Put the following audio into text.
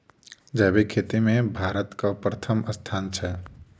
जैबिक खेती मे भारतक परथम स्थान छै